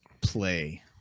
Play